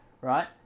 right